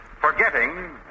Forgetting